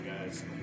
guys